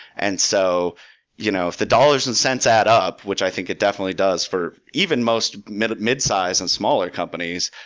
and so you know if the dollars and cents add up, which i think it definitely does for even most mid mid sized and smaller companies,